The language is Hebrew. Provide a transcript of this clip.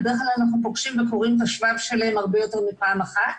ובדרך כלל אנחנו פוגשים וקוראים את השבב שלהם הרבה יותר מפעם אחת,